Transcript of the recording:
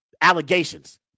allegations